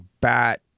bat